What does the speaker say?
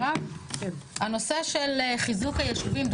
הנושא של חיזוק הישובים,